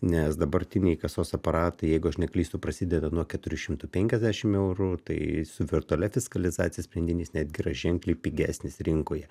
nes dabartiniai kasos aparatai jeigu aš neklystu prasideda nuo keturių šimtų penkiasdešimt eurų tai su virtualia fiskalizacija sprendinys netgi yra ženkliai pigesnis rinkoje